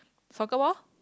soccer ball